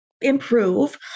improve